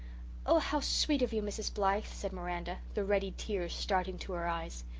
oh, how sweet of you, mrs. blythe, said miranda, the ready tears starting to her eyes.